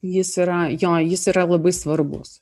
jis yra jo jis yra labai svarbus